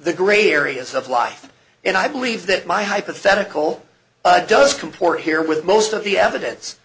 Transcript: the gray areas of life and i believe that my hypothetical does comport here with most of the evidence